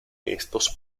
estos